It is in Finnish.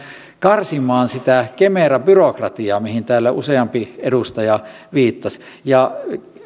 karsimaan sitä kemera byrokratiaa mihin täällä useampi edustaja viittasi